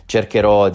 Cercherò